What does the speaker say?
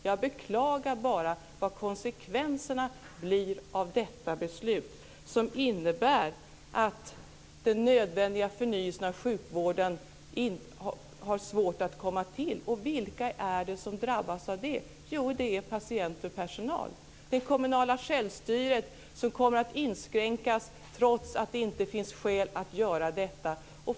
Jag beklagar bara vad konsekvenserna blir av detta beslut, som innebär att den nödvändiga förnyelsen av sjukvården har svårt att komma till stånd. Och vilka är det som drabbas av det? Jo, det är patienter och personal. Det är också det kommunala självstyret, som kommer att inskränkas trots att det inte finns skäl att göra detta.